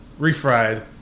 refried